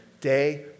day